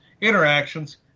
interactions